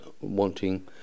wanting